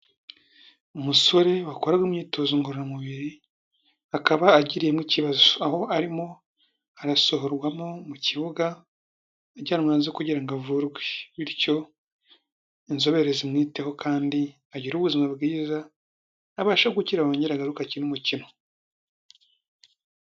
Umusore wakoraga imyitozo ngororamubiri akaba agiriyemo ikibazo aho arimo arasohorwamo mu kibuga ajyanwa hanze kugira ngo avurwe, bityo inzobere zimwiteho kandi agire ubuzima bwiza abashe gukira wo agaruruka akine umukino.